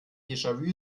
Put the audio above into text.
déjà